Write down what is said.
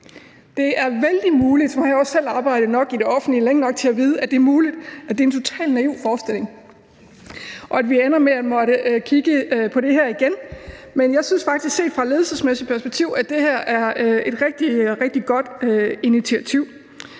Det er meget muligt – nu har jeg også selv arbejdet længe nok i det offentlige til at vide, at det er muligt – at det er en totalt naiv forestilling, og at vi ender med at måtte kigge på det her igen, men jeg synes faktisk, at det her set fra et ledelsesmæssigt perspektiv er et rigtig godt initiativ.